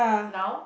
now